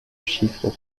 chiffres